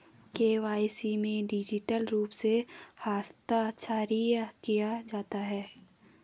KYC में digital रूप से हस्ताक्षरित किया जाता है